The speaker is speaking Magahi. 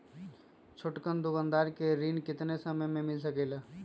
छोटकन दुकानदार के ऋण कितने समय मे मिल सकेला?